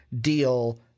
deal